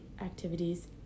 activities